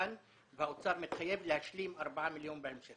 שקלים והאוצר מתחייב להשלים ארבעה מיליון שקלים בהמשך.